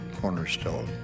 cornerstone